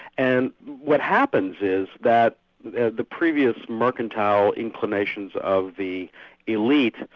and what happens is that the the previous mercantile inclinations of the elite,